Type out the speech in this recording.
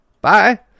Bye